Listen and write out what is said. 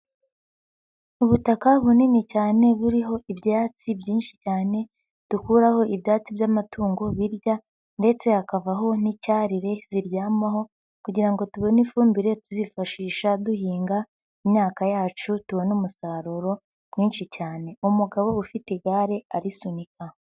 Ubutaka bunini cyane buriho ibyatsi byinshi cyane dukuraho ibyatsi by'amatungo birya ndetse hakavaho n'icyarire ziryamaho kugira ngo tubone ifumbire tuzifashisha duhinga imyaka yacu tubone umusaruro mwinshi cyane. Umugabo ufite igare arisunika.